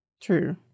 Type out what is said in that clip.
True